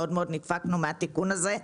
מאוד מאוד נדפקנו מהתיקון הזה.